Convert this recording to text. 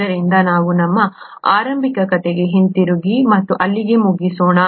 ಆದ್ದರಿಂದ ನಾವು ನಮ್ಮ ಆರಂಭಿಕ ಕಥೆಗೆ ಹಿಂತಿರುಗಿ ಮತ್ತು ಅಲ್ಲಿಗೆ ಮುಗಿಸೋಣ